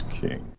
king